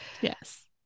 Yes